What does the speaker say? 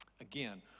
Again